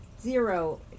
zero